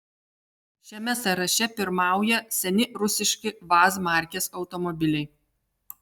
šiame sąraše pirmauja seni rusiški vaz markės automobiliai